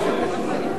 עכשיו.